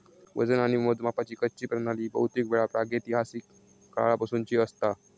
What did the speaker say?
वजन आणि मोजमापाची कच्ची प्रणाली बहुतेकवेळा प्रागैतिहासिक काळापासूनची असता